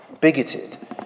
bigoted